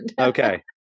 Okay